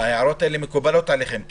ההערות האלה מקובלות עליכם?